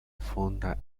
funda